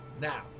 Now